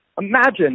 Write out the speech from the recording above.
imagine